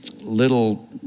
little